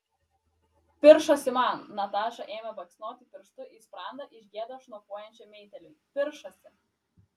piršosi man nataša ėmė baksnoti pirštu į sprandą iš gėdos šnopuojančiam meitėliui piršosi